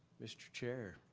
mr. chair.